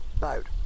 boat